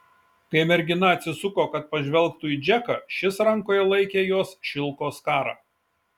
kai mergina atsisuko kad pažvelgtų į džeką šis rankoje laikė jos šilko skarą